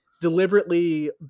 deliberately